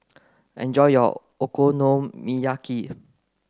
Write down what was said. enjoy your Okonomiyaki